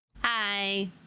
Hi